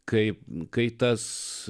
kai kai tas